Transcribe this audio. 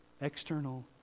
external